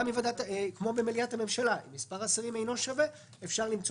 כמו במליאת הממשלה: אם מספר השרים אינו שווה אפשר למצוא